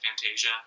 Fantasia